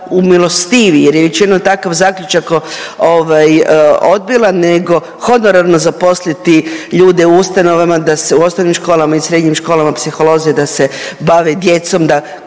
umilostivi jer je već jedan takav zaključak odbila, nego honorarno zaposliti ljude u ustanovama, da se u osnovnim školama i srednjim školama psiholozi da se bave djecom, da